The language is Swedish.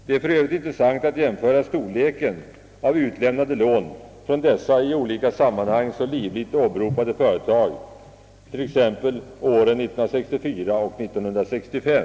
Det är för övrigt intressant att jämföra storleken av utlämnade lån från dessa i olika sammanhang så livligt åberopade företag t.ex. åren 1964 och 1965.